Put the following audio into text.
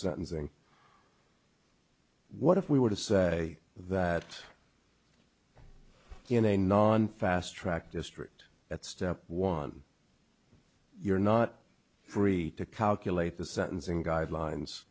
sentencing what if we were to say that in a non fast track district that's step one you're not free to calculate the sentencing guidelines